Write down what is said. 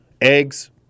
Eggs